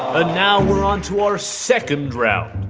ah now we're onto our second round.